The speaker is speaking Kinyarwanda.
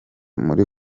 muri